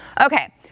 Okay